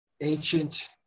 ancient